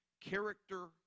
Character